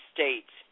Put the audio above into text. States